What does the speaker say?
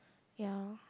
ya